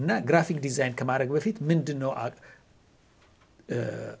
not graphic design come out of